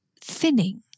thinning